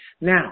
Now